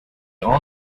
all